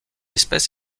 espèce